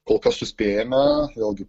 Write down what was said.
kol kas suspėjame vėlgi